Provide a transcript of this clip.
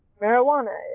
marijuana